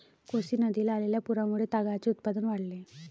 कोसी नदीला आलेल्या पुरामुळे तागाचे उत्पादन वाढले